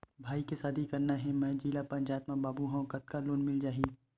भाई के शादी करना हे मैं जिला पंचायत मा बाबू हाव कतका लोन मिल जाही?